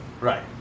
Right